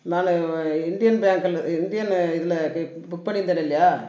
நான் இந்தியன் பேங்க்கலு இந்தியன் இதில் புக் பண்ணியிருந்தேன் இல்லையா